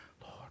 Lord